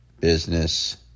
business